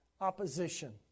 opposition